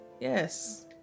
yes